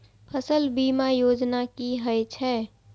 फसल बीमा योजना कि होए छै?